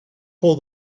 call